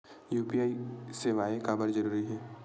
UPI सेवाएं काबर जरूरी हे?